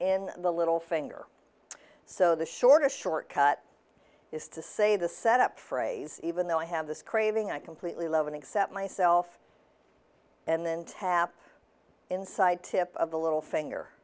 in the little finger so the shorter short cut is to say the set up phrase even though i have this craving i completely love and accept myself and then tap inside tip of the little finger